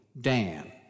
Dan